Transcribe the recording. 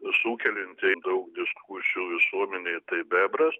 sukelianti daug diskusijų visuomenėje tai bebras